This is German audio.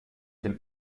dem